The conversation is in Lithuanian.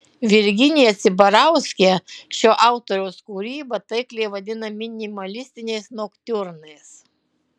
virginija cibarauskė šio autoriaus kūrybą taikliai vadina minimalistiniais noktiurnais